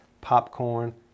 popcorn